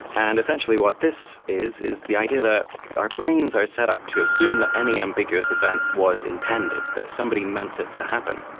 and essentially what this is is the idea that our brains are set up to assume that any ambiguous event was intended, that somebody meant it to happen.